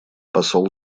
посол